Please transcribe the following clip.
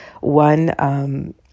one